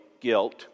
guilt